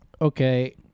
okay